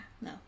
No